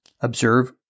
Observe